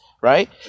right